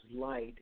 light